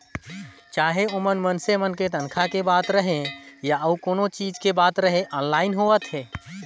चाहे ओमन मइनसे मन के तनखा के बात रहें या अउ कोनो चीच के बात रहे आनलाईन होवत हे